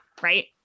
right